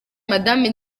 madame